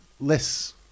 less